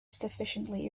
sufficiently